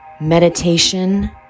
meditation